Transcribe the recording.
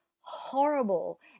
horrible